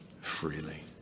freely